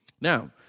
Now